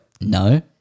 No